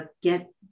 get